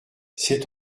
cet